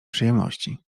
przyjemności